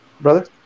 Brother